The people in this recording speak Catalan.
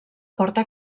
porta